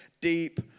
deep